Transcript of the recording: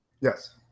yes